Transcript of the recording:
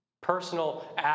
personal